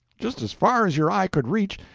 just as far as your eye could reach,